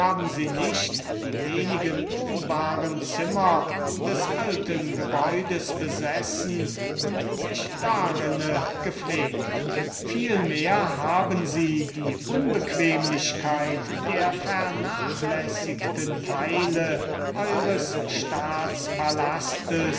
nicht die wenigen wohnbaren zimmer des alten gebäudes besessen und sich darinne gepflegt vielmehr haben sie die unbequemlichkeit der vernachlässigten teile eures